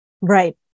Right